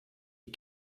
est